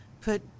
put